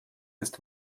ist